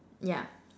yeah